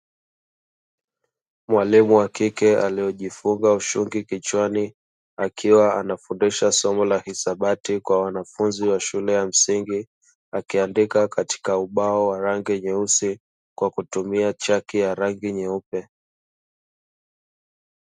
Mwalimu wa kike, aliyejifunga ushungi kichwani, akiwa anafundisha somo la hisabati kwa wanafunzi wa shule ya msingi. Akiandika katika ubao wa rangi nyeusi kwa kutumia chaki ya rangi nyeupe.